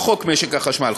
לא חוק משק החשמל,